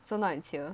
so now it's here